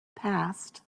past